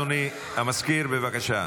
אדוני המזכיר, בבקשה.